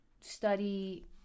study